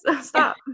Stop